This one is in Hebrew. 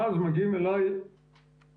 ואז מגיעים אליי האנשים,